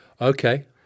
Okay